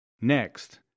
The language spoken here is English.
Next